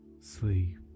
sleep